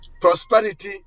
prosperity